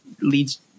leads